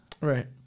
Right